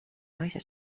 naise